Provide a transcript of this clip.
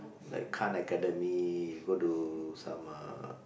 like Khan_Academy you go to some uh